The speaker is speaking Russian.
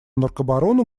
наркобарону